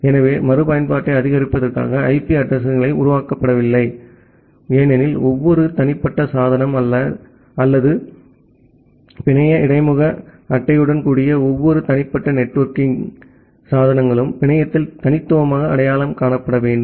எனவே மறுபயன்பாட்டை ஆதரிப்பதற்காக ஐபி அட்ரஸிங் கள் உருவாக்கப்படவில்லை ஏனெனில் ஒவ்வொரு தனிப்பட்ட சாதனம் அல்லது பிணைய இடைமுக அட்டையுடன் கூடிய ஒவ்வொரு தனிப்பட்ட நெட்வொர்க்கிங் சாதனங்களும் பிணையத்தில் தனித்துவமாக அடையாளம் காணப்பட வேண்டும்